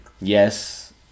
Yes